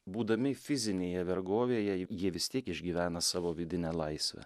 būdami fizinėje vergovėje jie vis tiek išgyvena savo vidinę laisvę